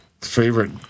favorite